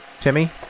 Timmy